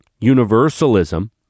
Universalism